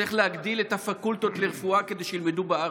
וצריך להגדיל את הפקולטות לרפואה כדי שילמדו בארץ.